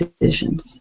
decisions